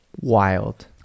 wild